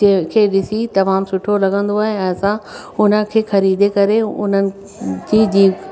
जंहिंखें ॾिसी तमामु सुठो लॻंदो आहे ऐं असां उन खे ख़रीदे करे उन्हनि जी जी